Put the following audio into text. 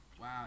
Wow